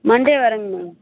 Monday வரேங்க ma'am